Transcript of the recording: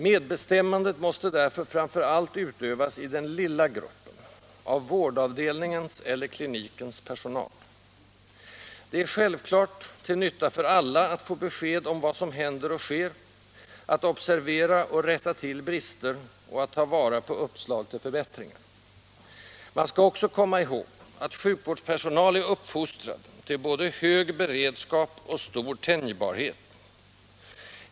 Medbestämmandet måste därför framför allt utövas i den lilla gruppen: av vårdavdelningens eller klinikens personal. Det är självfallet till nytta för alla att få besked om vad som händer och sker, att observera och rätta till brister och att ta vara på uppslag till förbättringar. Man skall också komma ihåg att sjukvårdspersonal är uppfostrad till både hög beredskap och stor tänjbarhet.